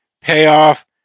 payoff